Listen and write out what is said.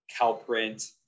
calprint